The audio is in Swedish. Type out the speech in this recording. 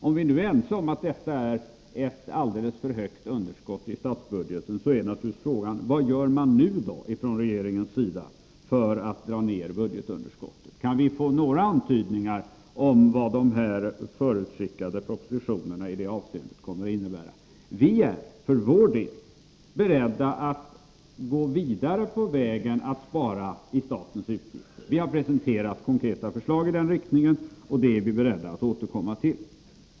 Om vi nu är ense om att detta är ett alldeles för högt underskott i statsbudgeten är naturligtvis frågan: Vad gör man då från regeringens sida för att dra ned budgetunderskottet? Kan vi få några antydningar om vad de förutskickade propositionerna i det avseendet kommer att innebära? Vi är för vår del beredda att gå vidare på vägen att spara i statens utgifter. Vi har presenterat konkreta förslag i den riktningen, och dem är vi beredda att återkomma till.